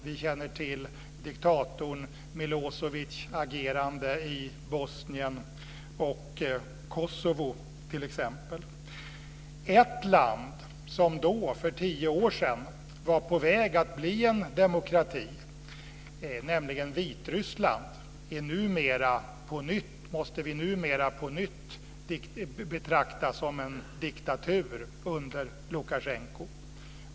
Vi känner till diktatorn Milo evics agerande i Bosnien och Kosovo, för att ta några exempel. Ett land som då, för tio år sedan, var på väg att bli en demokrati, nämligen Vitryssland, måste vi numera på nytt betrakta som en diktatur under Lukasjenko.